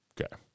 Okay